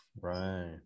Right